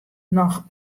noch